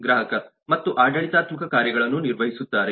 ಗ್ರಾಹಕ ಮತ್ತು ಆಡಳಿತಾತ್ಮಕ ಕಾರ್ಯಗಳನ್ನು ನಿರ್ವಹಿಸುತ್ತಾರೆ